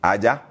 Aja